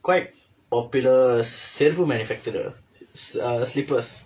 quite popular செருப்பு:seruppu manufacturer uh slippers